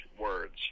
words